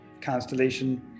constellation